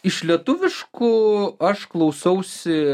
iš lietuviškų aš klausausi